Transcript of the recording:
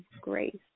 grace